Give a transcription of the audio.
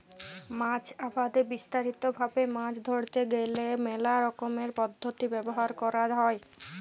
মাছ আবাদে বিস্তারিত ভাবে মাছ ধরতে গ্যালে মেলা রকমের পদ্ধতি ব্যবহার ক্যরা হ্যয়